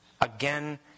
again